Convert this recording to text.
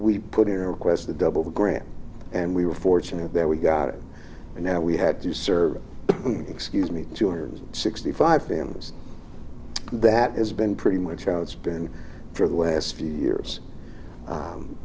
we put in a request to double the grant and we were fortunate that we got it and now we had to serve excuse me two hundred sixty five families that has been pretty much outs been for the last few years